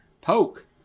Poke